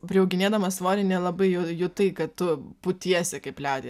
priauginėdama svorį nelabai ju jutai kad tu putiesi kaip liaudyje